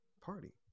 party